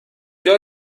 بیا